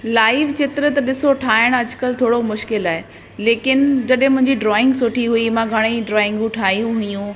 live जेतिरे त ॾिसो ठाहिणु अॼु कल्ह थोरो मुश्किल आहे लेकिन जॾहिं मुंहिंजी ड्रॉइंग सुठी हुई मां घणेई ड्रॉइंगूं ठाहियूं हुयूं